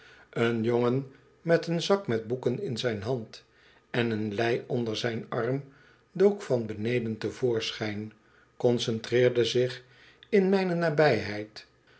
een jongen met een zak met boeken in zijn hand en een lei onder zijn arm dook van beneden te voorschijn concentreerde zich in mijne nabijheid